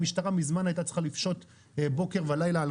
המשטרה מזמן הייתה צריכה לפשוט בוקר ולילה על